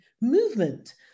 movement